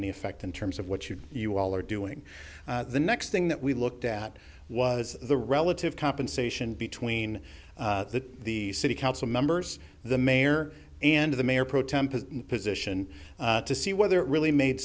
any effect in terms of what you you all are doing the next thing that we looked at was the relative compensation between the city council members the mayor and the mayor pro tem president position to see whether it really made